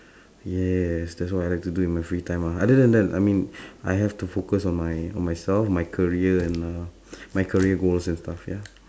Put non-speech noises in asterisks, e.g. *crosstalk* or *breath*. *breath* ya ya yes that's what I like to do in my free time ah other than that I mean *breath* I have to focus on my on myself my career and uh *breath* my career goals and stuff ya